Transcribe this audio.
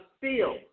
feel